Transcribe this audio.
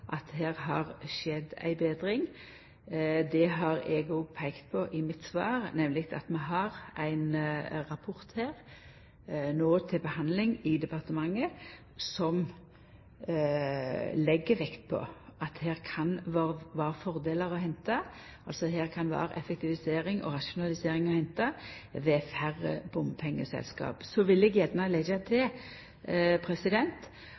at her har det skjedd ei betring. Det har eg òg peikt på i svaret mitt, nemleg at vi no har ein rapport til behandling i departementet som legg vekt på at her kan det vera fordelar å henta. Altså: Her kan det vera effektivisering og rasjonalisering å henta med færre bompengeselskap. Så vil eg gjerne leggja til